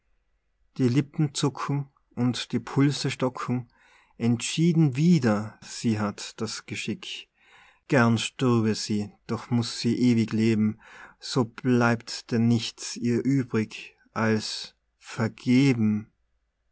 die lippen zucken und die pulse stocken entschieden wider sie hat das geschick gern stürbe sie doch muß sie ewig leben so bleibt denn nichts ihr übrig als vergeben